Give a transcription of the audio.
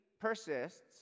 persists